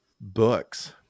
books